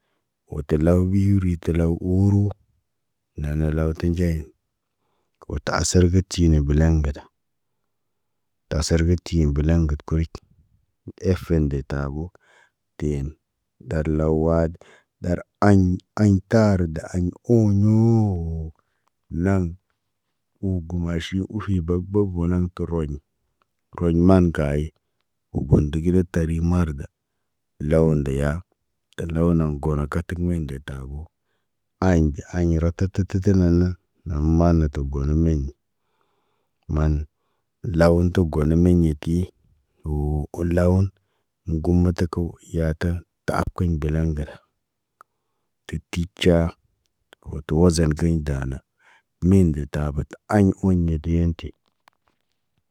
Wo təlaw biri tə law uro, lane law tu nɟeyin. Wo tə-asar ki tiine bəlaŋg gada. Tə asar gə tiin balaŋg got kuric. Ef fen de tabo, teen darlaw waad. Ɗar aɲ aɲ tarə de aɲ oɲõ naŋg. Wugu maʃin ufi bag bag go naŋg roɲa. Roɲ maan kaye, ubun ndege de tariɲ marda. Law ndeya, talaw na gono katak mayin de tabo. Ayin da ayin rata rata rata nan na, naŋg maane tə gol meɲ. Maan, lawun tə got na meɲiti, woo ul lawun. Gum matako, yata, taab kiɲ biliŋg gəda. Teti ca, wo tə wazakiɲ dana, min de tabo, tə aɲ oweɲ ɲeti.